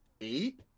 eight